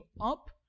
up